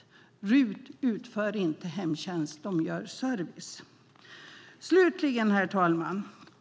Med RUT utförs inte hemtjänst utan service. Herr talman!